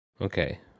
Okay